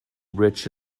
rich